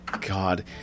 God